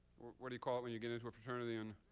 what do you call it when you get into a fraternity? and